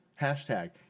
Hashtag